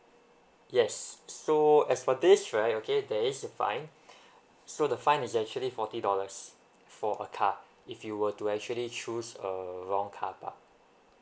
yes so as for this right okay there is a fine so the fine is actually forty dollars for a car if you were to actually choose a wrong carpark